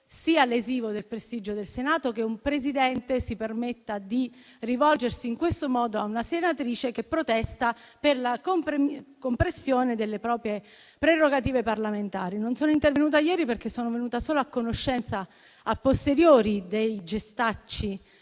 sia lesivo del prestigio del Senato il fatto che un Presidente di Commissione si permetta di rivolgersi in questo modo a una senatrice che protesta per la compressione delle proprie prerogative parlamentari. Non sono intervenuta ieri perché sono venuta a conoscenza solo *a posteriori* dei gestacci